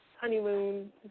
honeymoon